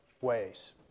ways